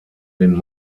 den